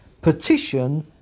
Petition